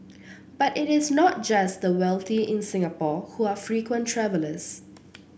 but it is not just the wealthy in Singapore who are frequent travellers